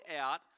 out